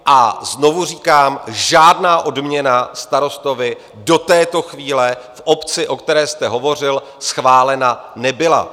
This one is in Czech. A znovu říkám, žádná odměna starostovi do této chvíle v obci, o které jste hovořil, schválena nebyla.